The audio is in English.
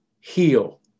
heal